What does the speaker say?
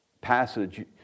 passage